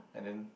and then